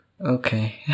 Okay